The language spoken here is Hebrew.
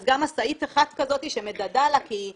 אז גם משאית אחת כזו שמדדה לה כי היא